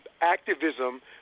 activism